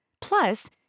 Plus